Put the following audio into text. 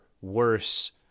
worse